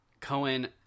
Cohen